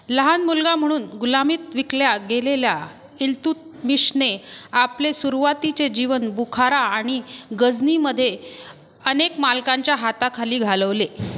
लहान मुलगा म्हणून गुलामीत विकल्या गेलेल्या इल्तुतमिशने आपले सुरुवातीचे जीवन बुखारा आणि गझनीमध्ये अनेक मालकांच्या हाताखाली घालवले